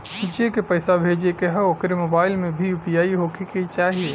जेके पैसा भेजे के ह ओकरे मोबाइल मे भी यू.पी.आई होखे के चाही?